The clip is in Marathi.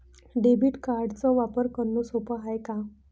डेबिट कार्डचा वापर भरनं सोप हाय का?